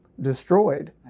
destroyed